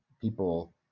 people